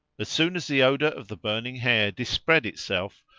as soon as the odour of the burning hair dispread itself,